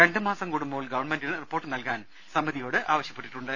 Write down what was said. രണ്ടു മാസ്ം കൂടുമ്പോൾ ഗവൺമെന്റിന് റിപ്പോർട്ട് നൽകാൻ സമിതിയോട് ആവശ്യപ്പെട്ടിട്ടുണ്ട്